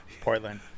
Portland